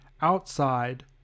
outside